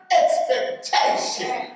expectation